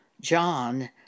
John